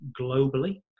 globally